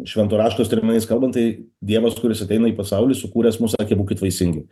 švento raštos terminais kalbant tai dievas kuris ateina į pasaulį sukūręs mus sakė būkit vaisingi